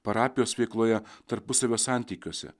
parapijos veikloje tarpusavio santykiuose